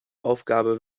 aufgabe